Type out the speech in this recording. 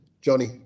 Johnny